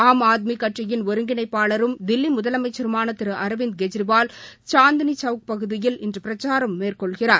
ஆம் ஆத்மி கட்சியின் ஒருங்கிணைப்பாளரும் தில்லி முதலமைச்சருமான திரு அரவிந்த் கெஜ்ரிவால் சாந்தினி சவுக் பகுதியில் இன்று பிரச்சாரம் மேற்கொள்கிறார்